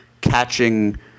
catching